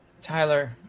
Tyler